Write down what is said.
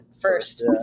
first